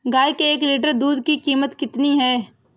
गाय के एक लीटर दूध की कीमत कितनी है?